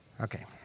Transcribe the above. Okay